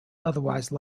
otherwise